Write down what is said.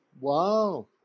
Wow